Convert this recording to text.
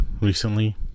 recently